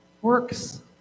Works